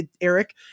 Eric